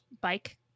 bike